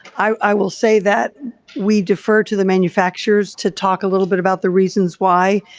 i will say that we defer to the manufactures to talk a little bit about the reasons why.